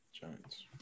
Giants